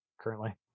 currently